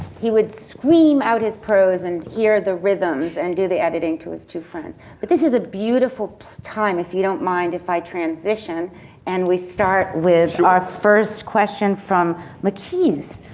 he was scream out his prose and hear the rhythms and do the editing through his two friends. but this is a beautiful time if you don't mind if i transition and we start with our first question sure. from mckeys.